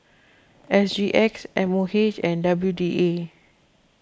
S G X M O H and W D A